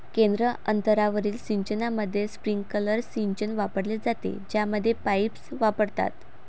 केंद्र अंतरावरील सिंचनामध्ये, स्प्रिंकलर सिंचन वापरले जाते, ज्यामध्ये पाईप्स वापरतात